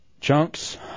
Chunks